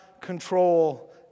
control